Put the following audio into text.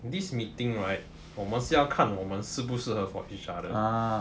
this meeting [right] 我们是要看我们是不是适合 for each other